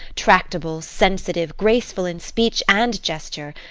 tractable, sensitive, graceful in speech and gesture.